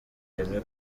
rimwe